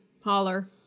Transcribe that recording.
holler